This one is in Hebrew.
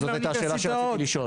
זאת הייתה השאלה שרציתי לשאול,